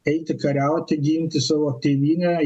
eiti kariauti ginti savo tėvynę